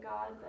God